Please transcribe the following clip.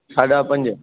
साढा पंज